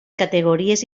categories